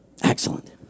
Excellent